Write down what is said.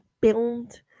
build